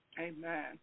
Amen